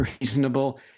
reasonable